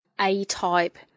A-type